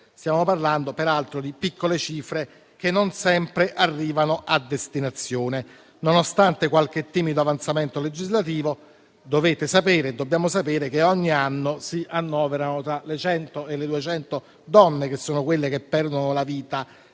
stiamo parlando, peraltro, di piccole cifre che non sempre arrivano a destinazione. Nonostante qualche timido avanzamento legislativo, dobbiamo sapere che ogni anno si annoverano tra le 100 e le 200 donne che perdono la vita